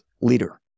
leader